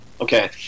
Okay